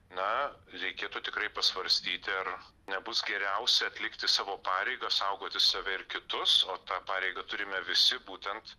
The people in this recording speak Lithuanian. na reikėtų tikrai pasvarstyti ar nebus geriausia atlikti savo pareigą saugoti save ir kitus o tą pareigą turime visi būtent